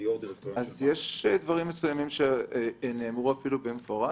יש דברים מסוימים שנאמרו במפורש.